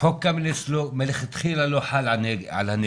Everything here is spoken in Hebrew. חוק קמיניץ מלכתחילה לא חל על הנגב